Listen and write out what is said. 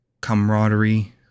camaraderie